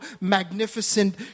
magnificent